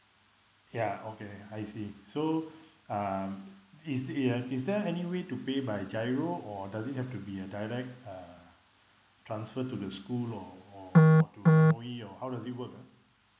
ya okay I see so um is uh is there any way to pay by GIRO or does it have to be a direct uh transfer to the school or or to M_O_E or how does it work ah